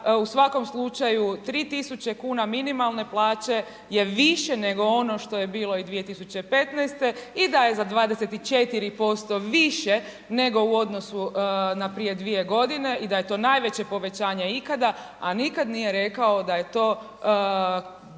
u svakom slučaju 3.000,00 kn minimalne plaće je više nego ono što je bilo i 2015.-te i da je za 24% više, nego u odnosu na prije dvije godine i da je to najveće povećanje ikada, a nikada nije rekao da je to